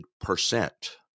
percent